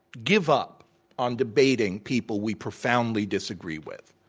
give up on debating people we profoundly disagree with.